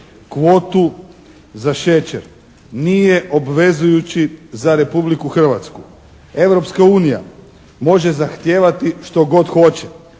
kvotu za šećer nije obvezujući za Republiku Hrvatsku. Europska unija može zahtijevati što god hoće,